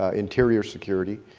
ah interior security.